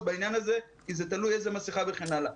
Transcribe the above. בעניין הזה כי זה תלוי איזו מסכה וכן הלאה.